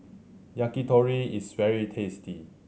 yakitori is very tasty